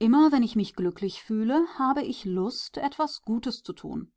immer wenn ich mich glücklich fühle habe ich lust etwas gutes zu tun